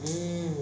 mmhmm